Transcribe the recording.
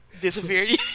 Disappeared